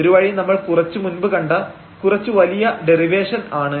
ഒരു വഴി നമ്മൾ കുറച്ചു മുൻപ് കണ്ട കുറച്ച് വലിയ ഡെറിവേഷൻ ആണ്